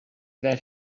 that